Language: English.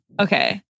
Okay